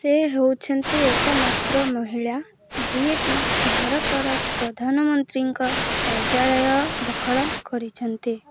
ସେ ହେଉଛନ୍ତି ଏକମାତ୍ର ମହିଳା ଯିଏ କି ଭାରତର ପ୍ରଧାନମନ୍ତ୍ରୀଙ୍କ କାର୍ଯ୍ୟାଳୟ ଦଖଲ କରିଛନ୍ତି